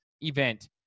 event